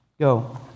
Go